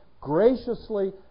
graciously